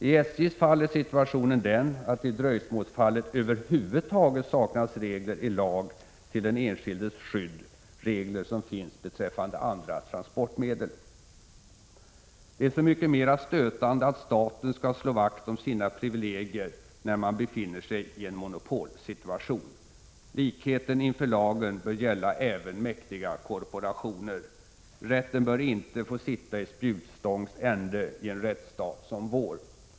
I SJ:s fall är situationen den att det i dröjsmålsfallet över huvud taget saknas regler i lag till den enskildes skydd, regler som finns beträffande andra transportmedel. Det är så mycket mera stötande att staten slår vakt om sina privilegier när den befinner sig i en monopolsituation. Likheten inför lagen bör gälla även mäktiga korporationer. Rätten bör inte få sitta i spjutstångs ände i en rättsstat som vår.